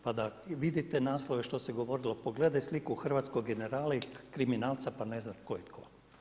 Pa da vi vidite naslove što se govorilo, pogledajte sliku hrvatskog generala i kriminalca pa ne znat tko je tko.